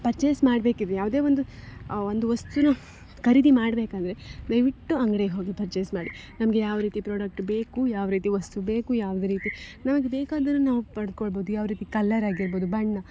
purchase ಮಾಡಬೇಕಿದ್ರೆ ಯಾವುದೇ ಒಂದು ಒಂದು ವಸ್ತುನ ಖರೀದಿ ಮಾಡಬೇಕಂದ್ರೆ ದಯವಿಟ್ಟು ಅಂಗ್ಡಿಗೆ ಹೋಗಿ ಪರ್ಚೇಸ್ ಮಾಡಿ ನಮಗೆ ಯಾವ ರೀತಿ ಪ್ರಾಡಕ್ಟ್ ಬೇಕು ಯಾವ ರೀತಿ ವಸ್ತು ಬೇಕು ಯಾವ ರೀತಿ ನಮಗೆ ಬೇಕೆಂದ್ರೆ ನಾವು ಪಡಕೊಳ್ಬೋದು ಯಾವ ರೀತಿ ಕಲ್ಲರಾಗಿರ್ಬೋದು ಬಣ್ಣ